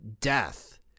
death